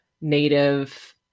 native